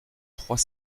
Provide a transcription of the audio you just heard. trois